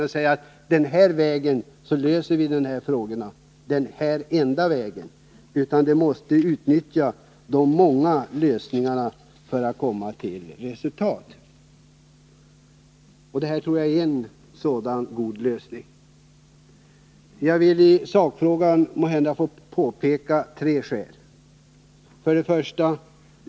Man kan inte säga att det här är enda vägen att lösa dessa frågor, utan man måste utnyttja de många lösningarna för att komma till resultat. Det jag här talar om tror jag är en sådan god lösning. Jag vill i sakfrågan peka på tre ting: 1.